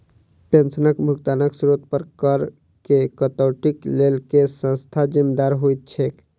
पेंशनक भुगतानक स्त्रोत पर करऽ केँ कटौतीक लेल केँ संस्था जिम्मेदार होइत छैक?